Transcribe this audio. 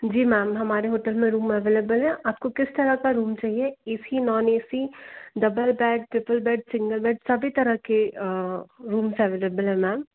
जी ma'am हमारे hotel में room available हैं आपको किस तरह का रूम चाहिए A C non A C double bed triple bed single bed सभी तरह के रूम्स अवेलेबल हैं मैम